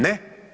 Ne.